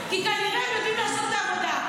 כי כנראה הם יודעים לעשות את העבודה.